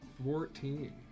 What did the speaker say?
Fourteen